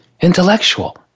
intellectual